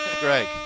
Greg